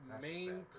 main